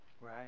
Right